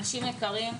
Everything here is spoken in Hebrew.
אנשים יקרים,